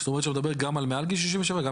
זאת אומרת שאתה מדבר גם על מעל גיל 67 וגם